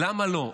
למה לא.